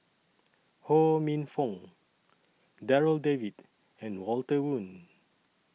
Ho Minfong Darryl David and Walter Woon